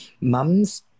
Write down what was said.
Mum's